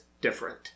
different